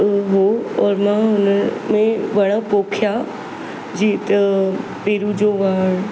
हो और मां हुनमें वण पोखिया जीअं त पेरू जो वणु